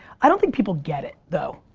i don't think people get it, though.